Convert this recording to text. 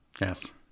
Yes